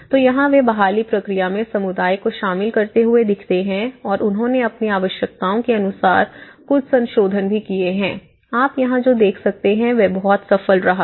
तो यहाँ वे बहाली प्रक्रिया में समुदाय को शामिल करते हुए दिखते हैं और उन्होंने अपनी आवश्यकताओं के अनुसार कुछ संशोधन भी किए हैं आप यहाँ जो देख सकते हैं वह बहुत सफल रहा है